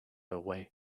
away